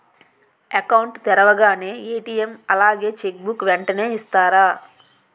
Account తెరవగానే ATM అలాగే cheque book వెంటనే ఇస్తారా?